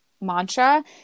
mantra